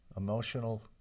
emotional